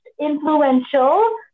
Influential